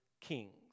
kings